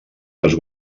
les